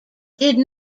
did